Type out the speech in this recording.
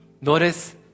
Notice